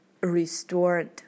restored